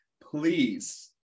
Please